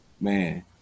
man